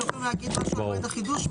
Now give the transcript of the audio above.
אתם יכולים להגיד משהו על מועד החידוש?